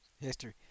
History